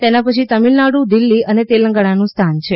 તેના પછી તમિલનાડુ દિલ્હી અને તેલંગાણાનો સ્થાન છે